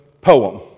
poem